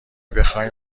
بخواین